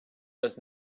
does